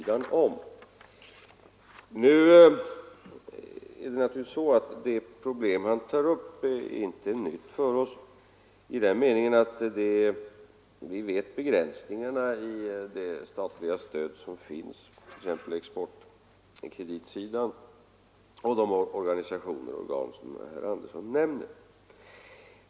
Det problem herr Andersson tar upp är självfallet inte nytt för oss, i så måtto att vi känner till begränsningarna i det statliga stöd som finns på exempelvis exportkreditområdet och inom de organisationer och organ herr Andersson nämner.